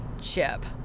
chip